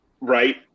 Right